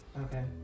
okay